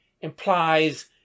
implies